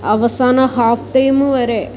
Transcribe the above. അവസാന half time വരെ